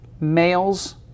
males